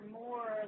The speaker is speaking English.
more